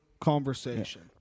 conversation